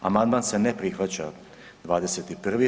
Amandman se ne prihvaća 21.